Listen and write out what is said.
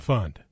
Fund